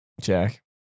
Jack